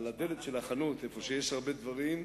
על הדלת של החנות שיש בה הרבה דברים,